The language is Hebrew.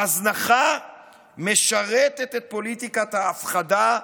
ההזנחה משרתת את פוליטיקת ההפחדה,